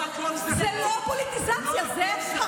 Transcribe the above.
זה לא מתאים לך.